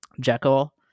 jekyll